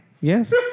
Yes